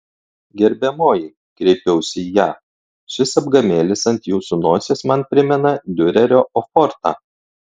gerbiamoji kreipiausi į ją šis apgamėlis ant jūsų nosies man primena diurerio ofortą